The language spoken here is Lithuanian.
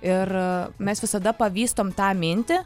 ir mes visada pavystom tą mintį